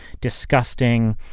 disgusting